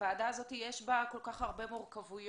הוועדה הזאת יש בה כל כך הרבה מורכבות,